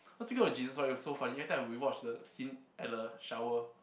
what do you think of Jesus it was so funny every time we watch the scene at the shower